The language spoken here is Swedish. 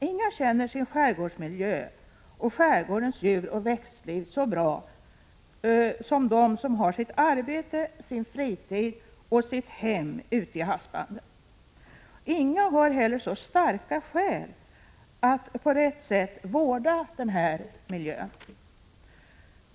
Ingen känner skärgårdsmiljön samt skärgårdens djuroch växtliv så bra som de som har sitt arbete, sin fritid och sitt hem ute i havsbandet. Ingen har heller så starka skäl att på rätt sätt vårda denna miljö.